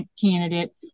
candidate